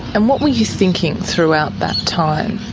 and what were you thinking throughout that time?